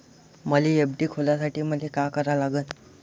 मले एफ.डी खोलासाठी मले का करा लागन?